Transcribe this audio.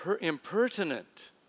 Impertinent